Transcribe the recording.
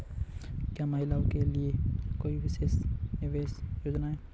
क्या महिलाओं के लिए कोई विशेष निवेश योजना है?